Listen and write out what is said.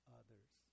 others